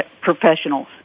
professionals